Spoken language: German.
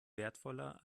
wertvoller